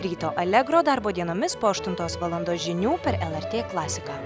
ryto allegro darbo dienomis po aštuntos valandos žinių per lrt klasiką